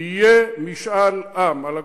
יהיה משאל עם על הגולן.